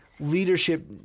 Leadership